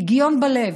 פגיון בלב,